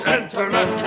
internet